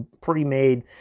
pre-made